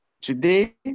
Today